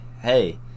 hey